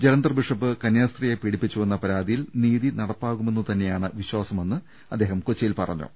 ജല ന്ധർ ബിഷപ് കന്യാസ്ത്രീയെ പീഡിപ്പിച്ചുവെന്ന പരാ തിയിൽ ്നീതി നടപ്പാകുമെന്നുതന്നെയാണ് വിശ്വാസ മെന്ന് അദ്ദേഹം കൊച്ചിയിൽ പറഞ്ഞു